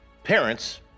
Parents